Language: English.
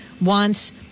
wants